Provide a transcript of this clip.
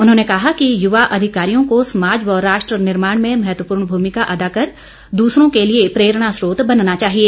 उन्होंने कहा कि युवा अधिकारियों को समाज व राष्ट निर्माण में महत्वपूर्ण भूमिका अदा कर दूसरों के लिए प्रेरणा स्रोत बनना चाहिए